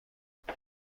بودیم